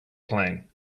plane